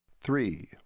Three